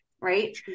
Right